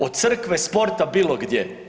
Od crkve, sporta, bilo gdje.